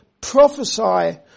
prophesy